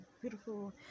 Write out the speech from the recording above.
beautiful